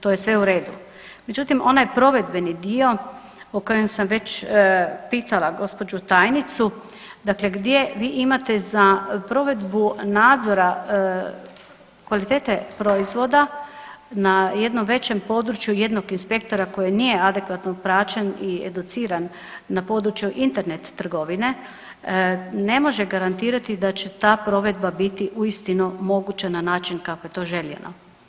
To je sve u redu, međutim onaj provedbeni dio o kojem sam već pitala gospođu tajnicu dakle gdje vi imate za provedbu nadzora kvalitete proizvoda na jednom većem području jednog inspektora koji nije adekvatno praćen i educiran na području Internet trgovine, ne može garantirati da će ta provedba biti uistinu moguća na način kako je to željeno.